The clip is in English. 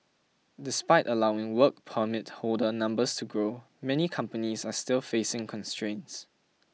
despite allowing Work Permit holder numbers to grow many companies are still facing constraints